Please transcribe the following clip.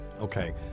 okay